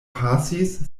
pasis